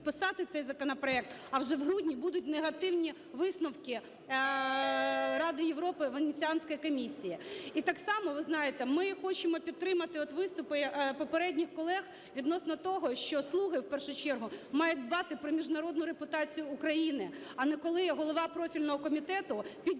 а вже в грудні будуть негативні висновки Ради Європи, Венеціанської комісії. І так само, ви знаєте, ми хочемо підтримати от виступи попередніх колег відносно того, що "Слуги" в першу чергу мають дбати про міжнародну репутацію України, а не коли голова профільного комітету підігрує